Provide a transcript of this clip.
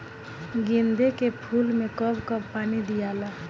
गेंदे के फूल मे कब कब पानी दियाला?